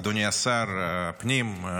אדוני השר הפנים,